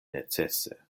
necese